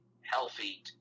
healthy